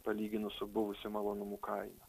palyginus su buvusiu malonumų kaina